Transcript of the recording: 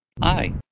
Hi